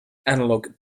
analogue